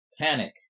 panic